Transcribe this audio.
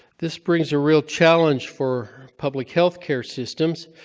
this brings a real challenge for public healthcare systems.